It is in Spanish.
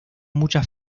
muchas